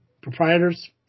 Proprietors